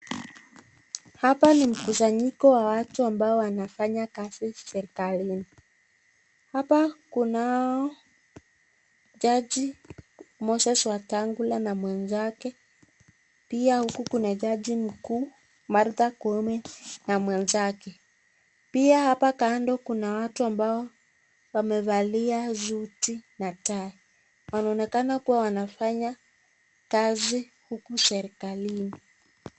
Hapa ni mkusanyiko wa watu ambao wanafanya kazi serikalini , hapa kunao jaji ,Moses Wetangula na mwenzake pia huku kuna jaji mkuu Martha Koome na mwenzake, pia hapa kando kuna watu ambao wamevalia suti na tai wanaonekana kuwa wanafanya kazi huku serikalini.